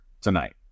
tonight